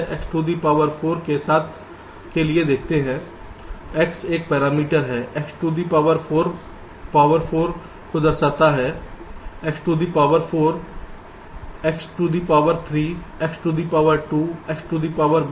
x to the power 4 के लिए देखते हैं x एक पैरामीटर है x टू दी 4 पावर 4 इसे दर्शाता है x to the 4 x to the power 3 x to the power 2 x to the power 1 और x टू दी पावर 0